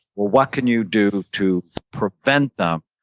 what can you do to prevent them,